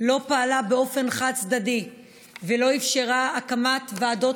לא פעלה באופן חד-צדדי ולא אפשרה הקמת ועדות